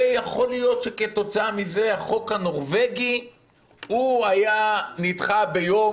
ויכול להיות שכתוצאה מזה החוק הנורבגי היה נדחה ביום